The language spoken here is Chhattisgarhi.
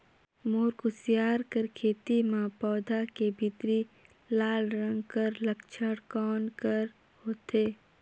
मोर कुसियार कर खेती म पौधा के भीतरी लाल रंग कर लक्षण कौन कर होथे?